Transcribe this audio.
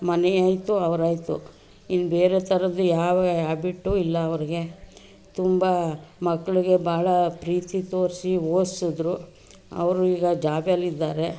ಮನೆ ಆಯಿತು ಅವರಾಯ್ತು ಇನ್ನು ಬೇರೆ ಥರದ್ದು ಯಾವ ಯಾಬಿಟು ಇಲ್ಲ ಅವ್ರಿಗೆ ತುಂಬ ಮಕ್ಳಿಗೆ ಭಾಳಾ ಪ್ರೀತಿ ತೋರಿಸಿ ಓದಿಸಿದ್ರು ಅವರು ಈಗ ಜಾಬಲ್ಲಿದ್ದಾರೆ